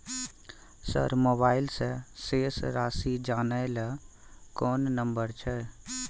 Sir mobile से शेस राशि जानय ल कोन नंबर छै?